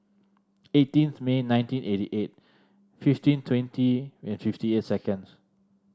eighteenth May nineteen eighty eight fifteen twenty and fifty eight seconds